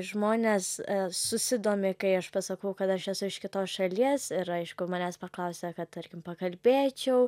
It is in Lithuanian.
žmonės susidomi kai aš pasakau kad aš esu iš kitos šalies ir aišku manęs paklausia kad tarkim pakalbėčiau